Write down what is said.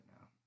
now